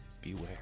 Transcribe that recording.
beware